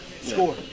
Score